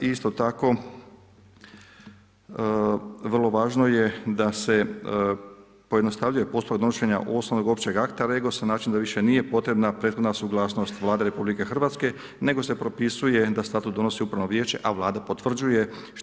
I isto tako vrlo važno je da se pojednostavljuje postupak donošenja osnovnog općeg akta REGOS-a, način da više nije potrebna prethodna suglasnost Vlade RH, nego se propisuje da statut donosi Upravno vijeće, a Vlada potvrđuje.